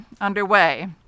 underway